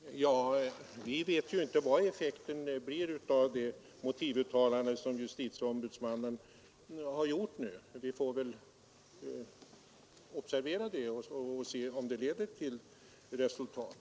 Herr talman! Vi vet ju inte vad effekten blir av det uttalande som ombudsmannen gjort. Vi får väl se om det leder till något resultat.